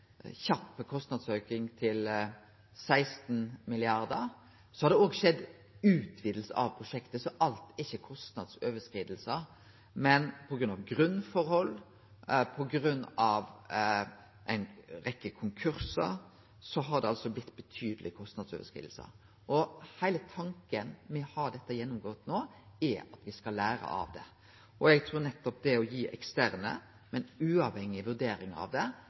til 16 mrd. kr. Det har òg skjedd ei utviding av prosjektet, så alt er ikkje kostnadsoverskriding, men på grunn av grunnforhold og ei rekke konkursar har det blitt betydelege kostnadsoverskridingar. Heile tanken med å få dette gjennomgått no, er at me skal lære av det. Det å få ei ekstern og uavhengig vurdering av det,